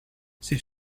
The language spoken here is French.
ces